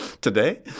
Today